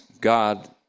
God